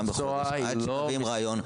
פעם בחודש עד שהוגים רעיון.